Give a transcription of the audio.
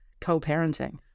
co-parenting